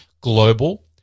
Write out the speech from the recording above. global